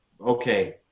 okay